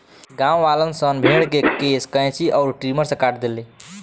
गांववालन सन भेड़ के केश कैची अउर ट्रिमर से काट देले